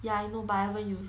ya I know but I haven't use